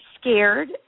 scared